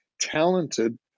talented